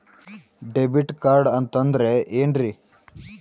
Debit card ಅಂತಂದ್ರೆ ಏನ್ರೀ?